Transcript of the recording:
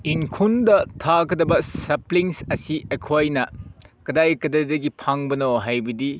ꯏꯪꯈꯣꯜꯗ ꯊꯥꯒꯗꯕ ꯁꯦꯞꯄ꯭ꯂꯤꯡꯁ ꯑꯁꯤ ꯑꯩꯈꯣꯏꯅ ꯀꯗꯥꯏ ꯀꯗꯥꯏꯗꯒꯤ ꯐꯪꯕꯅꯣ ꯍꯥꯏꯕꯗꯤ